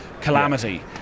calamity